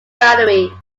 boundary